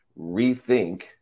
rethink